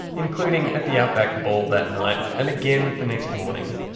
including at the outback ball that night, and again the next morning.